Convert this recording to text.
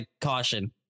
caution